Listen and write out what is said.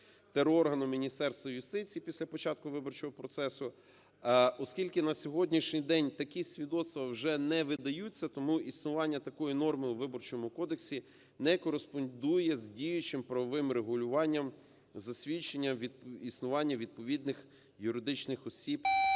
терорганом Міністерства юстиції після початку виборчого процесу. Оскільки на сьогоднішній день такі свідоцтва вже не видаються, тому існування такої норми у Виборчому кодексі не кореспондує з діючим правовим регулюванням засвідчення існування відповідних юридичних осіб